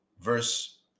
verse